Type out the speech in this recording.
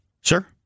Sure